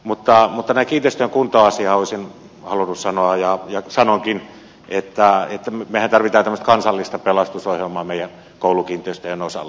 mutta kiinteistöjen kuntoasiaan olisin halunnut sanoa ja sanonkin että mehän tarvitsemme tällaista kansallista pelastusohjelmaa meidän koulukiinteistöjemme osalle